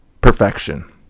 perfection